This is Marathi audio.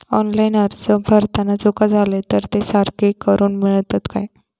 ऑनलाइन अर्ज भरताना चुका जाले तर ते सारके करुक मेळतत काय?